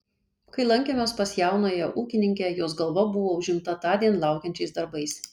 kai lankėmės pas jaunąją ūkininkę jos galva buvo užimta tądien laukiančiais darbais